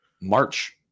March